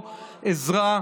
ללא עזרה,